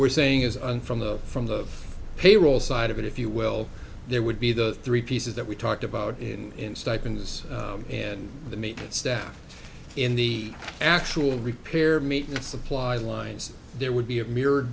we're saying is on from the from the payroll side of it if you will there would be the three pieces that we talked about in stipends and the maintenance staff in the actual repair meet and supply lines there would be a mirrored